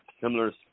similar